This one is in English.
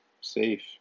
safe